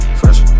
fresh